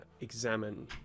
examine